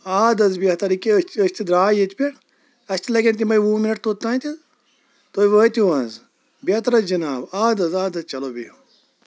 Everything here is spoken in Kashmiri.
ادٕ حظ بٮ۪ہتر ییٚکیٛا أسۍ تہِ أسۍ تہِ درٛاے ییٚتہِ پٮ۪ٹھ اسہِ تہِ لَگَن تِمٕے وُہ مِنَٹ توٚتام تہٕ تُہۍ وٲتِو حظ بٮ۪ہتر حظ جِناب ادٕ حظ ادٕ حظ چَلو بِہِو